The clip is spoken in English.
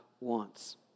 wants